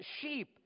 sheep